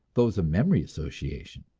those of memory association.